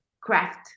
craft